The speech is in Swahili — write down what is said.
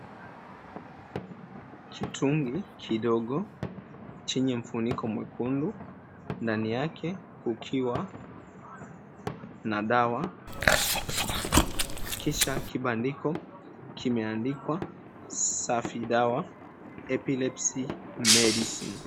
Kitungi kidogo chenye mfuniko mwekundu, ndani yake kukiwa na dawa, kisha kibadiko kimeandikwa, Safi Dawa Epilepsy Medicine.